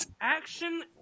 Action